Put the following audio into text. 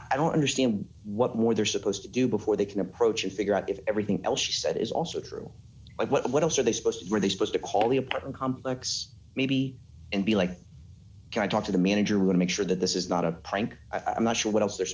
i don't understand what more they're supposed to do before they can approach and figure out if everything else she said is also true but what else are they supposed were they supposed to call the apartment complex maybe and be like can i talk to the manager would make sure that this is not a prank i'm not sure what else they're